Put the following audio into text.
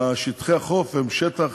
שטחי החוף הם שטח